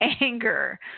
anger